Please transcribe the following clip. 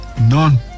None